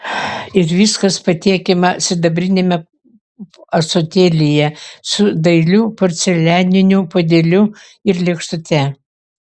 ir viskas patiekiama sidabriniame ąsotėlyje su dailiu porcelianiniu puodeliu ir lėkštute